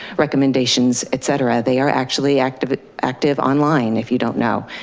recommendations, etc. they are actually active ah active online, if you don't know.